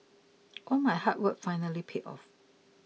all my hard work finally paid off